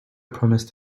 promised